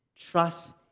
trust